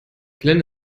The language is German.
glenn